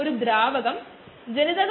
ആണ്